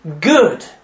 good